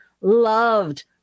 loved